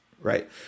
right